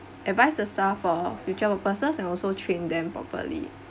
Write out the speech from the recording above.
advise the staff for future purposes and also train them properly